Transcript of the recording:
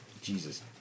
Jesus